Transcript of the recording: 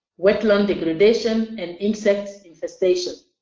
wetland degradation and insect infestation.